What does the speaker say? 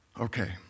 Okay